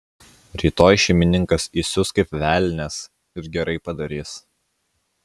rytoj šeimininkas įsius kaip velnias ir gerai padarys